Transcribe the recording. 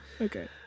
Okay